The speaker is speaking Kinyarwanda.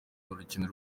rukino